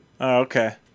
okay